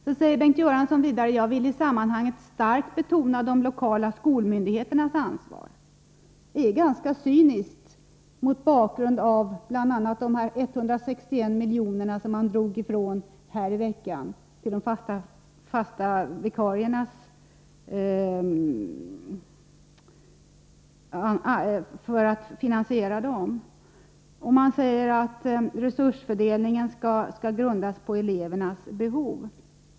Bengt Göransson säger i sitt svar: ”Jag vill i sammanhanget starkt betona de lokala skolmyndigheternas ansvar ———.” Det är ganska cyniskt bl.a. mot bakgrund av att riksdagen under denna vecka dragit bort 161 milj.kr. från anslaget till finansieringen av systemet med fasta vikarier. Det sägs att resursfördelningen skall grundas på elevernas behov.